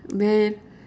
man